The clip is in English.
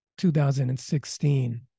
2016